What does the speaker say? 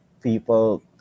people